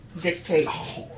dictates